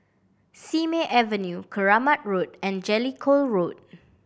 Simei Avenue Keramat Road and Jellicoe Road